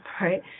right